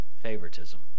favoritism